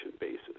basis